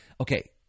okay